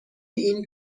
این